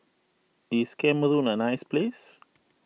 is Cameroon a nice place